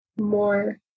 more